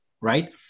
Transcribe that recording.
right